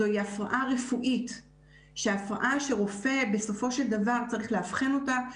זו הפרעה רפואית שהפרעה שרופא בסופו של דבר צריך לאבחן אותה,